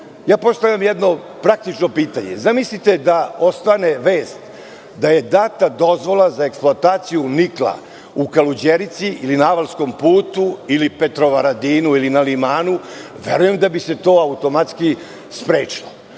postavljam jedno praktično pitanje, zamislite da ostane vest da je data dozvola za eksploataciju nikla u Kaluđerici ili na Avalskom putu ili Petrovaradinu ili na Limanu, verujem da bi se to automatski sprečilo. Ono